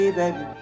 baby